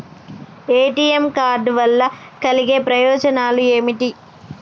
ATM card వల్ల కలిగే ప్రయోజనాలు ఏమిటి?